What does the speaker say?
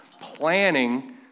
planning